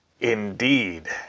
Indeed